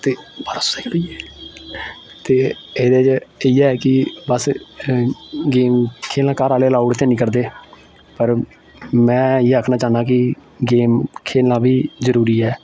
ते बस इयै ऐ ते एह्दे च इयै कि बस गेम खेलना घर आह्ले अलााउड ते निं करदे पर में इयै आखना चाह्न्नां कि गेम खेलना बी जरूरी ऐ